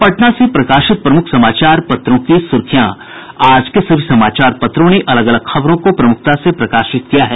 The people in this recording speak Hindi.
अब पटना से प्रकाशित प्रमुख समाचार पत्रों की सुर्खियां आज के सभी समाचार पत्रों ने अलग अलग खबरों को प्रमुखता से प्रकाशित किया है